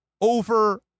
over